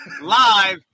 live